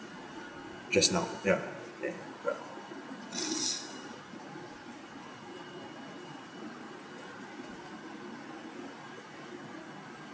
just now ya ya ah